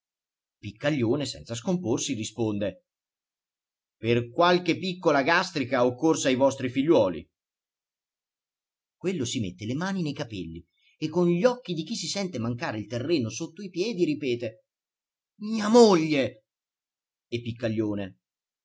trasecolato piccaglione senza scomporsi risponde per qualche piccola gastrica occorsa ai vostri figliuoli quello si mette le mani nei capelli e con gli occhi di chi si sente mancare il terreno sotto i piedi ripete mia moglie e piccaglione